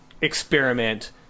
experiment